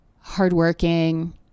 hardworking